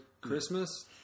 Christmas